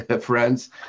friends